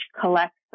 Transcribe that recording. collects